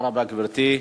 תודה רבה, גברתי.